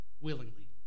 willingly